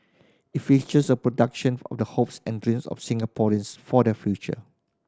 it features a production of the hopes and dreams of Singaporeans for their future